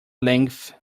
length